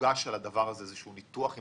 הוגש על הדבר הזה איזה שהוא ניתוח עם